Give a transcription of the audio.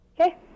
Okay